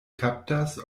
kaptas